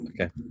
okay